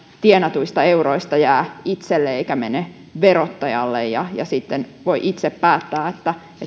tienatuista euroista jää itselle eikä mene verottajalle ja ja sitten voi itse päättää